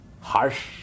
Harsh